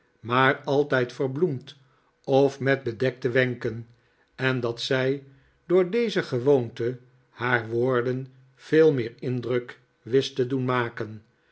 maar altijd verbloemd of met bedekte wenken en dat zij door deze gewoonte haar woorden veel meer indruk wist te doen maken